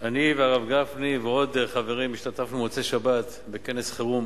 אני והרב גפני ועוד חברים השתתפנו במוצאי-שבת בכנס חירום